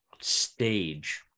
stage